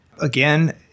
Again